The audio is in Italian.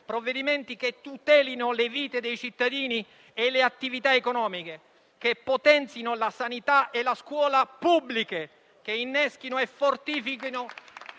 provvedimenti che tutelino le vite dei cittadini e le attività economiche, che potenzino la sanità e la scuola pubbliche, che inneschino e fortifichino